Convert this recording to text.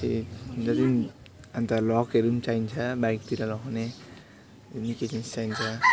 चाहिँ जति पनि अन्त लकहरू पनि चाहिन्छ बाइकतिर लक हुने निकै जिनिस चाहिन्छ